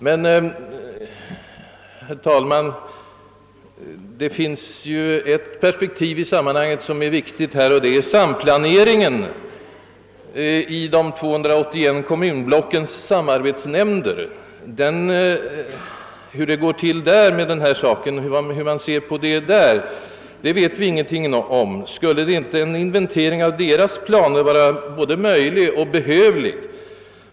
Men, herr talman, det finns i sammanhanget ett viktigt perspektiv, nämligen samplaneringen i de 281 kommunblockens <samarbetsnämnd. Hur man där ser på och arbetar med socialvården och dess utveckling vet vi ingenting om. Skulle inte en inventering av deras planer vara både möjlig och behövlig?